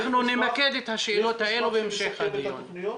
אנחנו נמקד את השאלות האלה בהמשך הדיון.